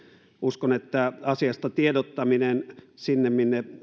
uskon että asiasta tiedottaminen sinne minne